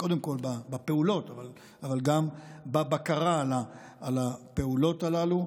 קודם כול בפעולות אבל גם בבקרה על הפעולות הללו.